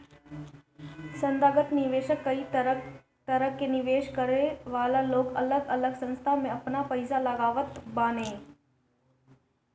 संथागत निवेशक कई तरह के निवेश करे वाला लोग अलग अलग संस्था में आपन पईसा लगावत बाने